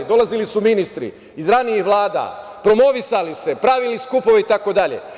Dolazili su ministri iz ranijih vlada, promovisali se, pravili skupove itd.